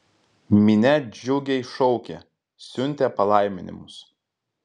minia džiugiai šaukė siuntė palaiminimus